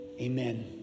amen